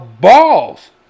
balls